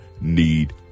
need